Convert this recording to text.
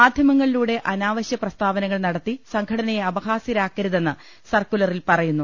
മാധ്യമങ്ങളിലൂടെ അനാവശ്യപ്ര സ്താവനകൾ നടത്തി സംഘടനയെ അപഹാസ്യ രാക്കരു തെന്ന് സർക്കുലറിൽ പറയുന്നു